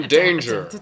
danger